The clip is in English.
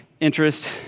interest